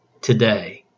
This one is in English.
today